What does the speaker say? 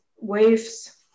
waves